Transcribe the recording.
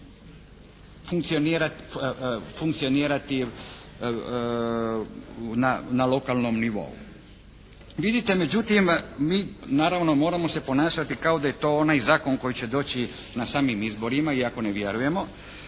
funkcionirati na lokalnom nivou. Vidite međutim mi naravno moramo se ponašati kao da je to onaj zakon koji će doći na samim izborima iako ne vjerujemo,